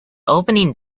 opening